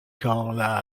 quand